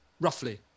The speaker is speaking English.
Roughly